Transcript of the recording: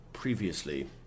previously